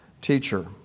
teacher